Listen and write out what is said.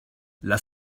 las